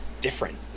different